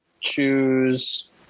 choose